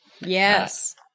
Yes